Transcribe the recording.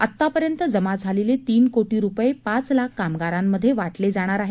आतापर्यंत जमा झालेले तीन कोटी रुपये पाच लाख कामगारांमध्ये वाटलं जाणार आहे